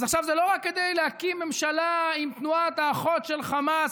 אז עכשיו זה לא רק כדי להקים ממשלה עם תנועת האחות של חמאס,